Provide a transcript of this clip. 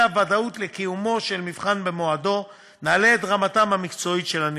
הוודאות לקיום המבחן במועדו ונעלה את רמתם המקצועית של הנבחנים.